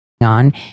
on